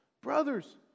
Brothers